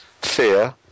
fear